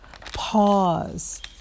Pause